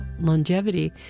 longevity